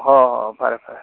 ꯍꯣꯏ ꯍꯣꯏ ꯐꯔꯦ ꯐꯔꯦ